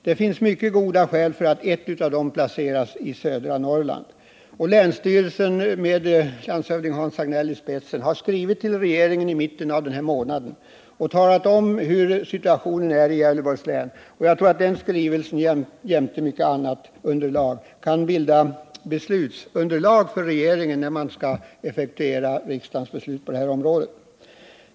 Det finns mycket goda skäl för att ett av dem placeras i södra Norrland. Länsstyrelsen i Gävleborgs län med landshövdingen Hans Hagnell i spetsen skrev till regeringen i mitten av den här månaden och redogjorde för situationen i Gävleborgs län. Jag tror att den skrivelsen jämte mycket annat material kan bilda beslutsunderlag för regeringen, när den skall effektuera riksdagens beslut på det här området.